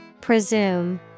Presume